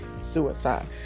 suicide